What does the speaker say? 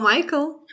Michael